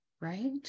right